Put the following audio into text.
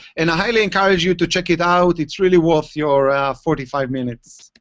and i highly encourage you to check it out. it's really worth your forty five minutes.